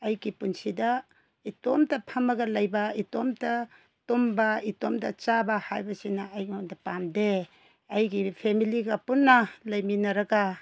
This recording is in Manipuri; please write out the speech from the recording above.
ꯑꯩꯒꯤ ꯄꯨꯟꯁꯤꯗ ꯏꯇꯣꯝꯇ ꯐꯝꯃꯒ ꯂꯩꯕ ꯏꯇꯣꯝꯇ ꯇꯨꯝꯕ ꯏꯇꯣꯝꯇ ꯆꯥꯕ ꯍꯥꯏꯕꯁꯤꯅ ꯑꯩꯉꯣꯟꯗ ꯄꯥꯝꯗꯦ ꯑꯩꯒꯤ ꯐꯦꯃꯂꯤꯒ ꯄꯨꯟꯅ ꯂꯩꯃꯤꯟꯅꯔꯒ